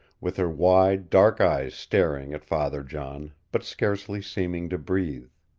with her wide, dark eyes staring at father john, but scarcely seeming to breathe.